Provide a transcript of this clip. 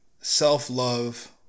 self-love